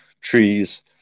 trees